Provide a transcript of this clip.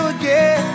again